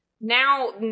Now